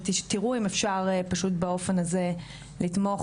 ותראו אולי אפשר פשוט באופן הזה לתמוך